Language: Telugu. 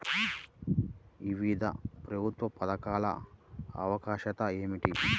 వివిధ ప్రభుత్వా పథకాల ఆవశ్యకత ఏమిటి?